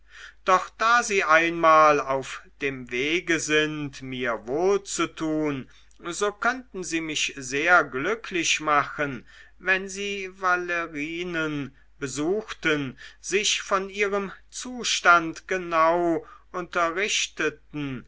doch da sie einmal auf dem wege sind mir wohlzutun so könnten sie mich sehr glücklich machen wenn sie valerinen besuchten sich von ihrem zustand genau unterrichteten